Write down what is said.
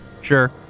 Sure